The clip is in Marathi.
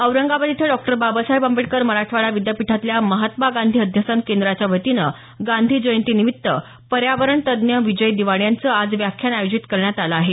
औरंगाबाद इथं डॉ बाबासाहेब आंबेडकर मराठवाडा विद्यापीठातल्या महात्मा गांधी अध्यसन केंद्राच्या वतीनं गांधी जयंतीनिमित्त पर्यावरण तज्ज्ञ विजय दिवाण यांचं आज व्याख्यान आयोजित करण्यात आलं आहे